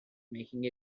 making